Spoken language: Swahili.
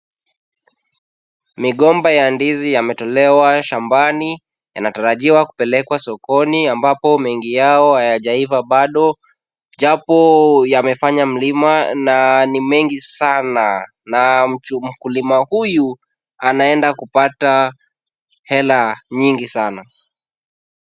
Migomba ya ndizi yametolewa shambani, yanatarajiwa kupelekwa sokoni ambapo mengi yao haijaiva bado, japo yamefanya mlima na ni mengi sana na mkulima huyu anaenda kupata hela nyingi sana.